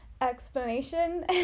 explanation